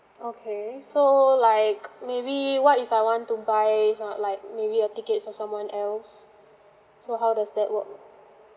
okay so like maybe what if I want to buy or like maybe a tickets for someone else so how does that work